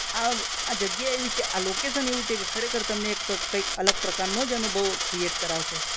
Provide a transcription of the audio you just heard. આ આ જગ્યા એવી છે આ લોકેશન એવું છે કે ખરેખર તમને એક કઈક અલગ પ્રકારનો જ અનુભવ ક્રિએટ કરાવશે